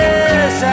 Yes